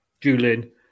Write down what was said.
Julian